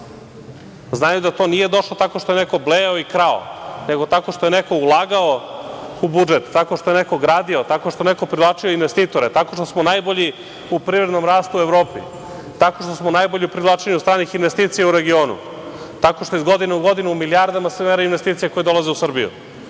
znaju da to nije došlo tako što je neko blejao i krao, nego tako što je neko ulagao u budžet tako što je neko gradio, tako što je neko privlačio investitore, tako što smo najbolji u privrednom rastu u Evropi. Tako što smo najbolje privlačili strane investicije u regionu, tako što iz godine u godinu milijardama se mere investicije koje dolaze u Srbiju.